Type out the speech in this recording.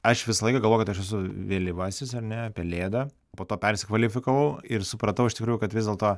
aš visą laiką galvojau kad aš esu vėlyvasis ar ne pelėda po to persikvalifikavau ir supratau iš tikrųjų kad vis dėlto